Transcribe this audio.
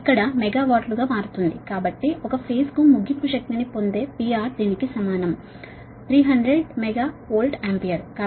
58 megawatt లు గా మారుతుంది కాబట్టి ఒక ఫేజ్ కు ఎండ్ పవర్ ని పొందే PR దీనికి సమానం 300 MVA